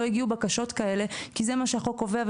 הגיעו בקשות כאלה כי זה מה שהחוק קובע,